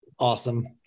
Awesome